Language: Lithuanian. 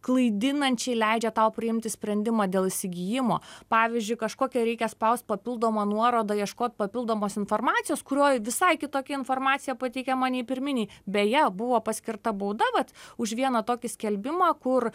klaidinančiai leidžia tau priimti sprendimą dėl įsigijimo pavyzdžiui kažkokią reikia spaust papildomą nuorodą ieškot papildomos informacijos kurioj visai kitokia informacija pateikiama nei pirminėj beje buvo paskirta bauda vat už vieną tokį skelbimą kur